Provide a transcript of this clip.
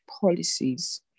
policies